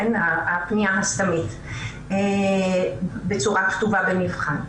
הפנייה הסתמית בצורה כתובה במבחן.